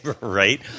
Right